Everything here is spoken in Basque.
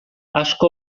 asko